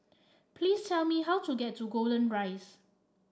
please tell me how to get to Golden Rise